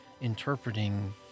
interpreting